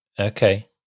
okay